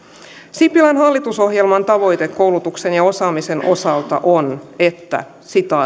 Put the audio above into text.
sipilän hallitusohjelman tavoite koulutuksen ja osaamisen osalta on että